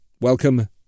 Welcome